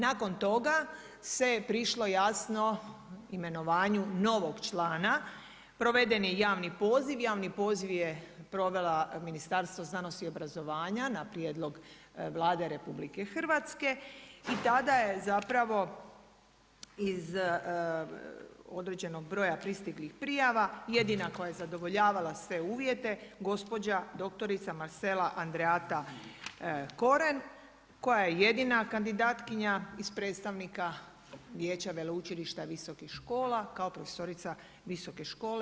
Nakon toga se prišlo jasno imenovanju novog člana, proveden je javni poziv, javni poziv je provelo Ministarstvo znanosti i obrazovanja na prijedlog Vlade Republike Hrvatske i tada je zapravo iz određenog broja pristiglih prijava jedina koja je zadovoljavala uvijete gospođa dr. Marsela Andreata Koren, koja je jedina kandidatkinja iz predstavnika Vijeća veleučilišta visokih škola kao profesorica Visoke škole.